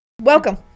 Welcome